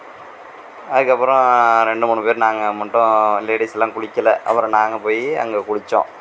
அதுக்கு அப்புறம் ரெண்டு மூணு பேர் நாங்கள் மட்டும் லேடிஸெல்லாம் குளிக்கலை அப்புறம் நாங்கள் போய் அங்கே குளித்தோம்